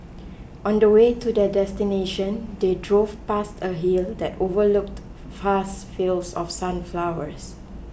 on the way to their destination they drove past a hill that overlooked vast fields of sunflowers